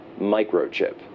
microchip